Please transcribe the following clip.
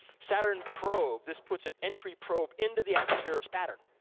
saturn probe, this puts an entry probe into the atmosphere of saturn.